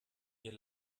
ihr